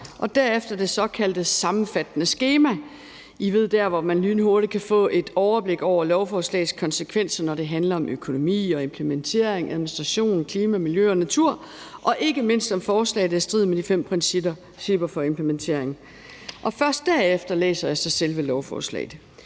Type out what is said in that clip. og derefter det såkaldte sammenfattende skema – I ved, der, hvor man lynhurtigt kan få et overblik over lovforslagets konsekvenser, når det handler om økonomi, implementering, administration, klima, miljø, natur og ikke mindst, om forslaget er i strid med de fem principper for implementering. Først derefter læser jeg så selve lovforslaget.